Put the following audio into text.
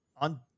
on